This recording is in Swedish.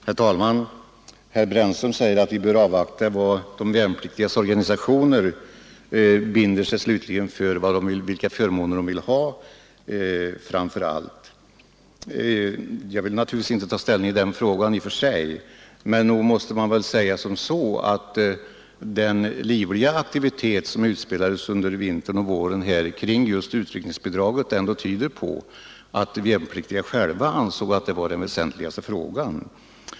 Herr talman! Herr Brännström säger att vi bör avvakta vad de värnpliktiga och deras organisationer slutligen binder sig för, vilka förmåner de framför allt vill ha. Jag vill naturligtvis inte ta ställning till den frågan, men nog måste man väl säga att den livliga aktivitet som under våren utspelats kring just utryckningsbidraget ändå tyder på att de värnpliktiga själva anser att det är den väsentligaste frågan.